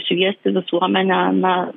šviesti visuomenę na